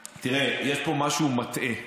תראה, יש פה משהו מטעה.